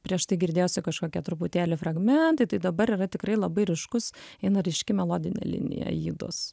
prieš tai girdėjosi kažkokie truputėlį fragmentai tai dabar yra tikrai labai ryškus eina ryški melodinė linija aidos